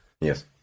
Yes